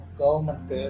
government